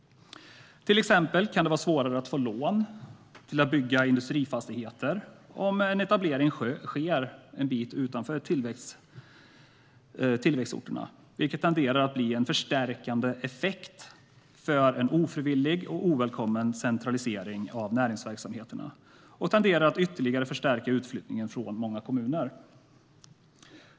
Till exempel kan det vara svårare att få lån för att bygga industrifastigheter om en etablering sker en bit utanför tillväxtorterna, vilket tenderar att bli en förstärkande effekt för en ofrivillig och ovälkommen centralisering av näringsverksamheterna och tenderar att ytterligare förstärka utflyttningen från många kommuner.